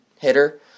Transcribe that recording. hitter